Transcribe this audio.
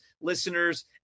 listeners